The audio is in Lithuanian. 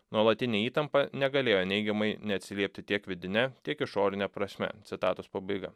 nuolatinė įtampa negalėjo neigiamai neatsiliepti tiek vidine tiek išorine prasme citatos pabaiga